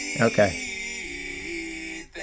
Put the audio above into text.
Okay